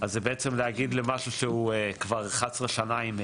אז זה בעצם להגיד למשהו שהוא כבר 11 שנים עם